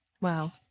Wow